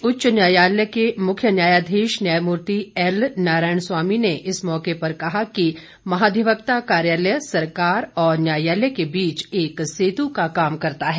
प्रदेश उच्च न्यायालय के मुख्य न्यायाधीश न्यायमूर्ति एल नारायण स्वामी ने इस मौके पर कहा कि महाधिवक्ता कार्यालय सरकार और न्यायालय के बीच एक सेतू का काम करता है